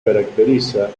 caracteriza